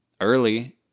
early